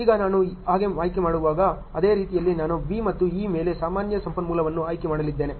ಈಗ ನಾನು ಹಾಗೆ ಆಯ್ಕೆಮಾಡುವಾಗ ಅದೇ ರೀತಿಯಲ್ಲಿ ನಾನು B ಮತ್ತು E ಮೇಲೆ ಸಾಮಾನ್ಯ ಸಂಪನ್ಮೂಲವನ್ನು ಆಯ್ಕೆ ಮಾಡಲಿದ್ದೇನೆ